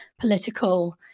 political